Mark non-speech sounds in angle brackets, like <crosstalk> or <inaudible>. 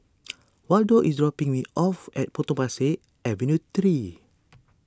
<noise> Waldo is dropping me off at Potong Pasir Avenue three <noise>